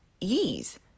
ease